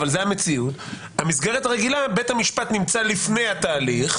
אבל זו המציאות במסגרת הרגילה בית המשפט נמצא לפני התהליך.